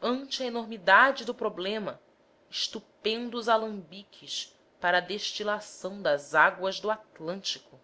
ante a enormidade do problema estupendos alambiques para a destilação das águas do atlântico